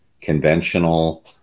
conventional